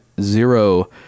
zero